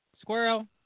Squirrel